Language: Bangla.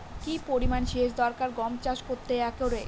কি পরিমান সেচ দরকার গম চাষ করতে একরে?